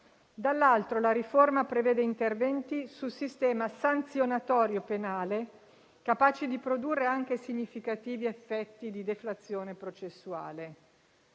dall'altro la riforma prevede interventi sul sistema sanzionatorio penale, capaci di produrre anche significativi effetti di deflazione processuale.